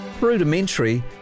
Rudimentary